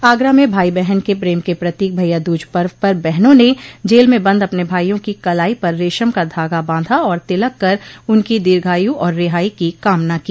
आगरा में भाई बहन के प्रेम के प्रतीक भइया दूज पर्व पर बहनों ने जेल में बंद अपने भाइयों की कलाई पर रेशम का धागा बांधा और तिलक कर उनकी दीर्घायू और रिहाई की कामना की